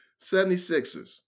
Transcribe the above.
76ers